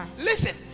listen